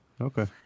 Okay